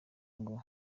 ngo